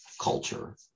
culture